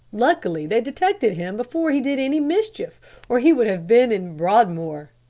luckily they detected him before he did any mischief or he would have been in broadmoor.